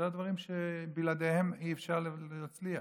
אלה הדברים שבלעדיהם אי-אפשר להצליח.